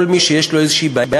כל מי שיש לו איזו בעיה,